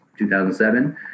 2007